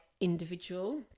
individual